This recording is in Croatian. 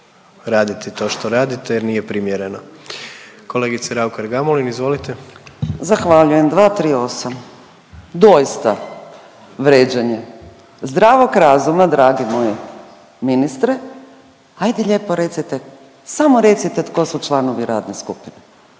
raditi to što radite jer nije primjereno. Kolegice Raukar Gamulin, izvolite. **Raukar-Gamulin, Urša (Možemo!)** Zahvaljujem. 238., doista vrijeđanje zdravog razuma dragi moj ministre, ajde lijepo recite samo recite tko su članovi radne skupine.